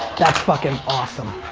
that's fucking awesome.